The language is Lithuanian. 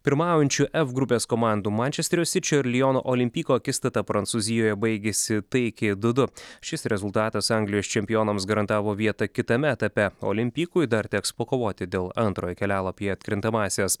pirmaujančių f grupės komandų mančesterio sičio ir liono olimpiko akistata prancūzijoje baigėsi taikiai du du šis rezultatas anglijos čempionams garantavo vietą kitame etape olimpikui dar teks pakovoti dėl antrojo kelialapio į atkrintamąsias